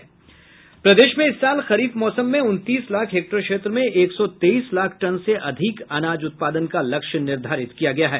प्रदेश में इस साल खरीफ मौसम में उनतीस लाख हेक्टेयर क्षेत्र में एक सौ तेईस लाख टन से अधिक अनाज उत्पादन का लक्ष्य निर्धारित किया गया है